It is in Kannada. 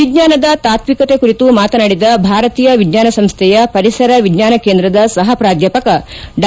ವಿಜ್ಞಾನ ತಾತ್ವಿಕತೆ ಕುರಿತು ಮಾತನಾಡಿದ ಭಾರತೀಯ ವಿಜ್ಞಾನ ಸಂಸ್ಥೆಯ ಪರಿಸರ ವಿಜ್ಞಾನ ಕೇಂದ್ರದ ಸಹ ಪ್ರಾಧ್ಯಾಪಕ ಡಾ